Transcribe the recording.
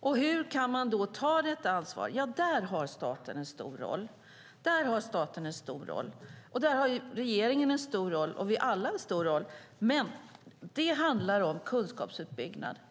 Hur kan man då ta detta ansvar? Där har staten en stor roll. Där har regeringen, och vi alla, en stor roll. Men det handlar om kunskapsuppbyggnad.